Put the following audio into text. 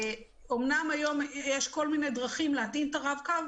אמנם היום יש כל מיני דרכים להטעין את הרב-קו,